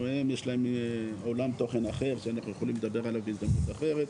יש להם עולם תוכן אחר שאנחנו יכולים לדבר עליו בהזדמנות אחרת.